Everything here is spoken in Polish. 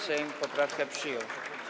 Sejm poprawkę przyjął.